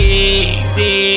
easy